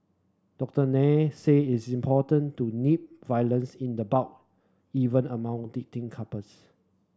Doctor Nair said it's important to nip violence in the bud even among dating couples